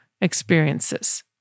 experiences